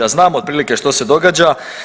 Znamo otprilike što se događa.